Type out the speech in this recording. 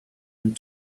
and